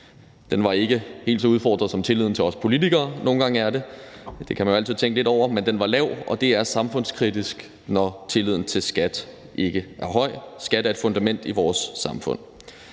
Den var ikke helt så udfordret, som tilliden til os politikere nogle gange er det – det kan man altid tænke lidt over – men den var lav, og det er samfundskritisk, når tilliden til skattevæsenet ikke er høj, for skattevæsenet er et fundament i vores samfund.